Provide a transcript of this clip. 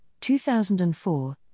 2004